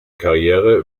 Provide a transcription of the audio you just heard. karriere